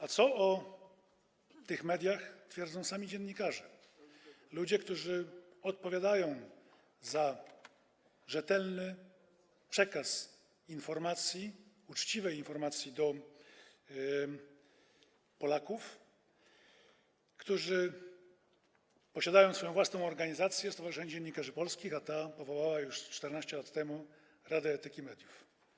A co o tych mediach twierdzą sami dziennikarze, ludzie, którzy odpowiadają za rzetelny przekaz informacji, uczciwej informacji dla Polaków, którzy posiadają swoją własną organizację, Stowarzyszenie Dziennikarzy Polskich, a ta powołała już 14 lat temu Radę Etyki Mediów?